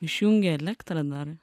išjungė elektrą dar